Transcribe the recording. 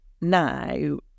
now